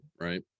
right